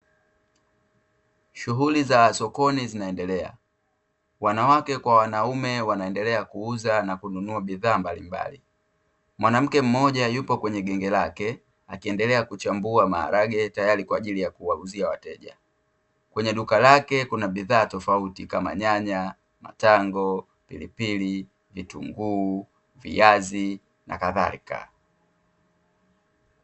Shughuli za sokoni zinaendelea, wanawake kwa wanaume wanaendelea kuuza na kununua bidhaa mbalimbali mwanamke mmoja yupo kwenye genge lake akiendelea kuchambua maharage tayari kwa ajili ya kuwauzia wateja, kwenye duka lake kuna bidhaa tofauti kama nyanya, matango, pilipili, vitunguu, viazi na kadhalika.